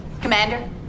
Commander